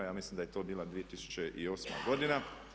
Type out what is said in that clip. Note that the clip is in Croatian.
Ja mislim da je to bila 2008.godina.